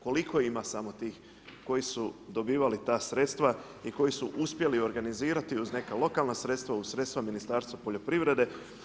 Koliko ima samo tih koji su dobivali ta sredstva i koji su uspjeli organizirati uz neka lokalna sredstva, uz sredstva Ministarstva poljoprivrede.